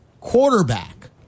quarterback